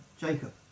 Jacob